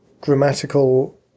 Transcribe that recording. grammatical